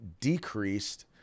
decreased